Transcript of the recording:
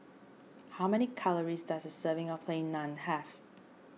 how many calories does a serving of Plain Naan have